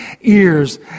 ears